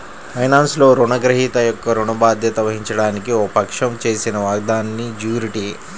ఫైనాన్స్లో, రుణగ్రహీత యొక్క ఋణ బాధ్యత వహించడానికి ఒక పక్షం చేసిన వాగ్దానాన్నిజ్యూరిటీ